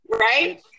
Right